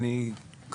אני רוצה,